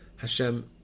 Hashem